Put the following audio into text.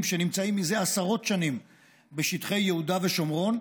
שנמצאים זה עשרות שנים בשטחי יהודה ושומרון,